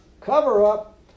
cover-up